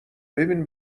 ببین